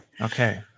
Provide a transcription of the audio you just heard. Okay